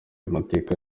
amateka